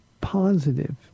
positive